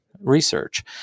research